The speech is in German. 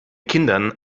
kindern